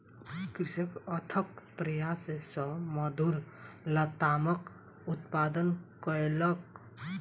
कृषक अथक प्रयास सॅ मधुर लतामक उत्पादन कयलक